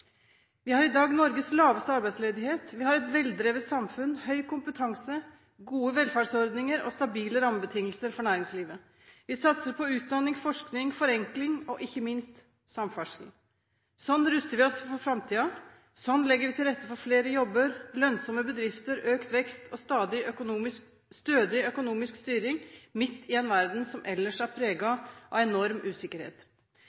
dag Europas laveste arbeidsledighet. Vi har et veldrevet samfunn, høy kompetanse, gode velferdsordninger og stabile rammebetingelser for næringslivet. Vi satser på utdanning, forskning, forenkling og ikke minst på samferdsel. Sånn ruster vi oss for framtiden, sånn legger vi til rette for flere jobber, lønnsomme bedrifter, økt vekst og stødig økonomisk styring midt i en verden som ellers er